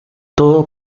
todo